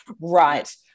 right